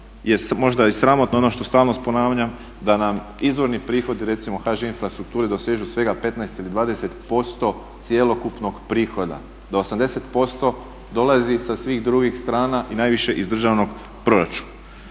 možda i sramotno ono što stalno ponavljam da nam izvorni prihodi recimo HŽ infrastrukture dosežu svega 15 ili 20% cjelokupnog prihoda, do 80% dolazi sa svih drugih strana i najviše iz državnog proračuna.